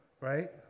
right